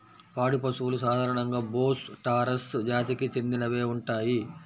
పాడి పశువులు సాధారణంగా బోస్ టారస్ జాతికి చెందినవే ఉంటాయి